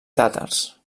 tàtars